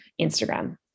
Instagram